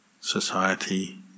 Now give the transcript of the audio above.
society